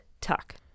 Tuck